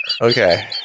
Okay